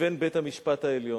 לבין בית-המשפט העליון.